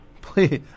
Please